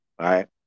Right